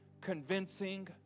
convincing